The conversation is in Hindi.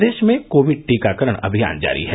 प्रदेश में कोविड टीकाकरण अमियान जारी है